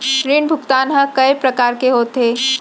ऋण भुगतान ह कय प्रकार के होथे?